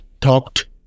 talked